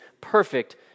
perfect